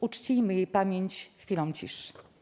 Uczcijmy jej pamięć chwilą ciszy.